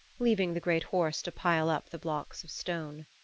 leaving the great horse to pile up the blocks of stone.